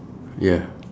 ya